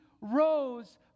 rose